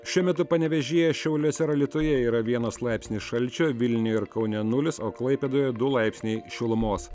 šiuo metu panevėžyje šiauliuose alytuje yra vienas laipsnis šalčio vilniuje ir kaune nulis o klaipėdoje du laipsniai šilumos